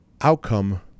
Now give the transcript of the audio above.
outcome